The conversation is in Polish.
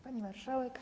Pani Marszałek!